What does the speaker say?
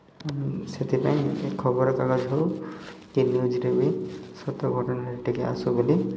ସେଥିପାଇଁ ଖବରକାଗଜ ହେଉ କି ନ୍ୟୁଜ୍ରେ ବି ସତ ଘଟଣା ହେଲେ ଟିକିଏ ଆସୁ ବୋଲି